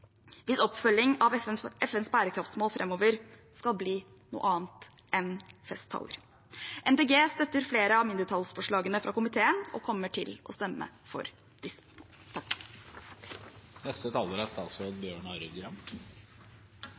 hvis oppfølgingen av FNs bærekraftsmål framover skal bli noe annet enn festtaler. Miljøpartiet De Grønne støtter flere av mindretallsforslagene fra komiteen og kommer til å stemme for